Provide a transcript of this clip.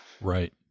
Right